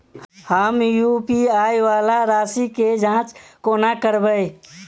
हम यु.पी.आई वला राशि केँ जाँच कोना करबै?